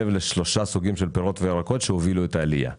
אבל שים לב לשלושה סוגים של פירות וירקות שהובילו את העלייה - מנגו,